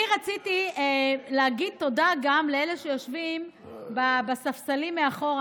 אני רציתי להגיד תודה גם לאלה שיושבים בספסלים מאחור.